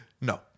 No